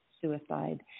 suicide